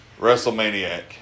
WrestleManiac